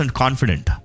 confident